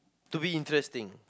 to be interesting